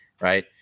right